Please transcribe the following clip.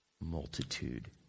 Multitude